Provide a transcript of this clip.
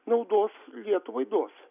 naudos lietuvai duos